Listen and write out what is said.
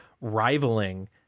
rivaling